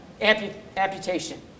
amputation